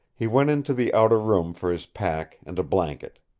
he went into the outer room for his pack and a blanket.